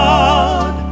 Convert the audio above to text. God